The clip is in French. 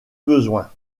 besoins